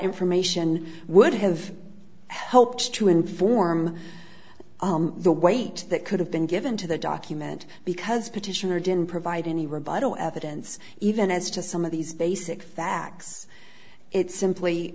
information would have helped to inform the weight that could have been given to the document because petitioner didn't provide any rebuttal evidence even as to some of these basic facts it's simply